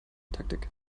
taktik